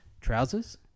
Trousers